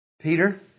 Peter